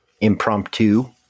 impromptu